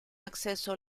acceso